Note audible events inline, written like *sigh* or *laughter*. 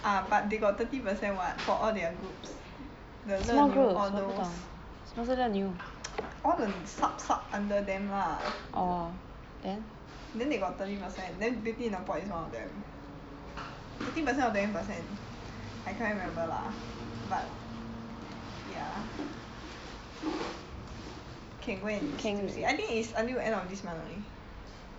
ah but they got thirty percent [what] for all their groups the 乐牛 all those 我都忘了 *noise* all the sub sub under them lah then they got thirty percent then beauty in the pot is one of them fifteen percent or twenty percent I cannot remember lah but ya can go and I think is until end of this month only